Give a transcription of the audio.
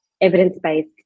evidence-based